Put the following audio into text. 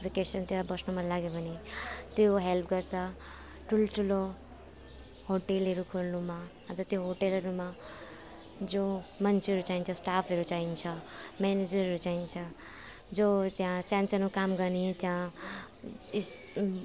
vacation त्यहाँ बस्नु मनलाग्यो भने त्यो हेल्प गर्छ ठुल्ठुलो होटलहरू खोल्नुमा अन्त त्यो होटलहरूमा जो मान्छेहरू चाहिन्छ स्टाफहरू चाहिन्छ म्यानेजरहरू चाहिन्छ जो त्यहाँ सानसानो काम गर्ने जहाँ यस